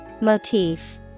Motif